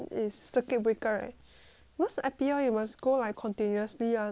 cause I_P_L you must go like continuously [one] all the way then got 作用